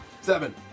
Seven